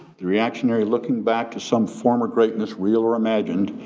the reactionary looking back to some former greatness, real or imagined,